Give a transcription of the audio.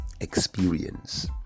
experience